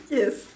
yes